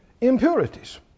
impurities